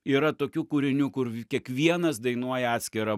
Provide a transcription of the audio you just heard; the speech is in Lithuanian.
yra tokių kūrinių kur kiekvienas dainuoja atskirą